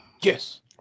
Yes